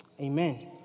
amen